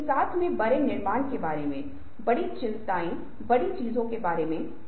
जब हमने आवाज के बारे में बात की तो हमने एक निश्चित तरीके से शैली के बारे में बात की